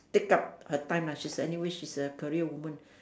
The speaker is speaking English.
take up her time ah she's anyway she's a career woman